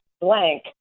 blank